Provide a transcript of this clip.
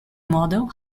model